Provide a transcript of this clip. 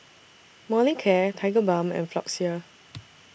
Molicare Tigerbalm and Floxia